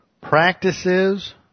practices